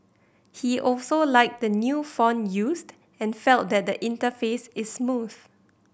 he also liked the new font used and felt that the interface is smooth